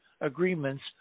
agreements